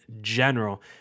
general